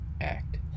act